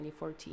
2014